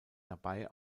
dabei